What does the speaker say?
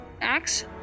axe